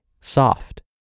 soft